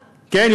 כן?